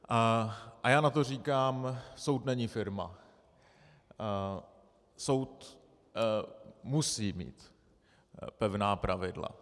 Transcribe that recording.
A já na to říkám: soud není firma, soud musí mít pevná pravidla.